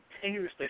continuously